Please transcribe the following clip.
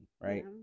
right